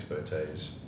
expertise